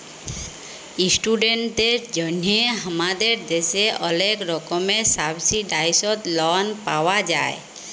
ইশটুডেন্টদের জন্হে হামাদের দ্যাশে ওলেক রকমের সাবসিডাইসদ লন পাওয়া যায়